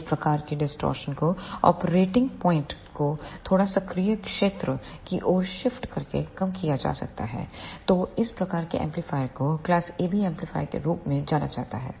इस प्रकार की डिस्टॉर्शन DISTORTION0 को ऑपरेटिंग पॉइंट को थोड़ा सक्रिय क्षेत्र की ओर शिफ्ट करके कम किया जा सकता है तो इस प्रकार के एम्पलीफायर को क्लास AB एम्पलीफायरों के रूप में जाना जाता है